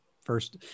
First